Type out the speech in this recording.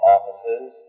Offices